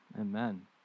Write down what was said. Amen